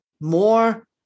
more